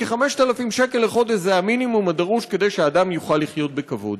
כי 5,000 שקלים לחודש זה המינימום הדרוש כדי שאדם יוכל לחיות בכבוד.